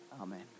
Amen